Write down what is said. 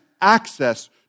access